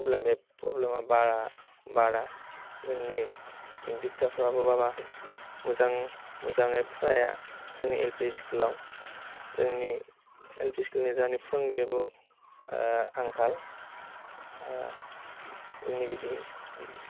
problem बे प्रब्लेमा बारा बारा जोंनिथिं टिचारफ्राबो बारा मोजां मोजाङै फराया जोंनि एल पि स्कुलाव जोंनि एलपि स्कुलनि जोंनि फोरोंगिरियाबो आंखाल जोंनि बिदि बिदि